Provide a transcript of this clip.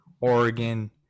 Oregon